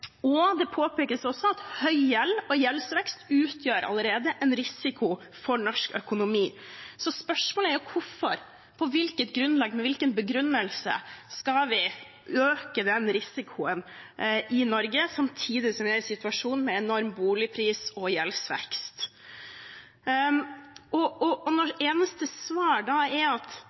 Det påpekes også at høy gjeld og gjeldsvekst allerede utgjør en risiko for norsk økonomi. Spørsmålet er: Hvorfor, på hvilket grunnlag og med hvilken begrunnelse skal vi øke den risikoen i Norge, samtidig som vi er i en situasjon med enorm boligpris- og gjeldsvekst? Når det eneste svaret da er at